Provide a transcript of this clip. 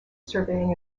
surveying